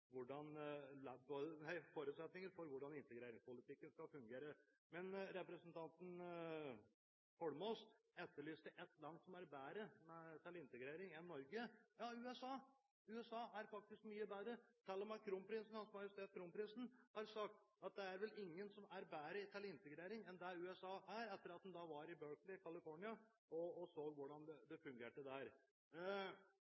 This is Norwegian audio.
forutsetninger for hvordan integreringspolitikken skal fungere. Men representanten Holmås etterlyste et land som er bedre i integrering enn Norge. – Ja: USA. USA er faktisk mye bedre. Til og med Kronprinsen, Hans Majestet Kronprinsen, har sagt at det er vel ingen som er bedre i integrering enn USA, etter at han var i Berkeley, California, og så hvordan det